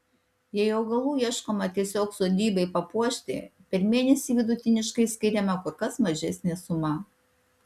jei augalų ieškoma tiesiog sodybai papuošti per mėnesį vidutiniškai skiriama kur kas mažesnė suma